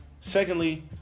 Secondly